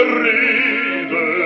ride